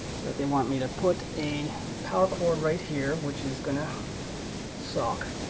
is that they want me to put a power cord right here which is gonna suck